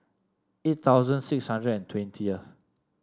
eight thousand six hundred and twentieth